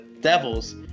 Devils